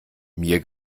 mir